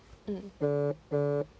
um